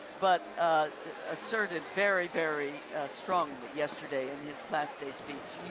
but asserted very very strongly yesterday in his class day speech.